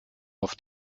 auf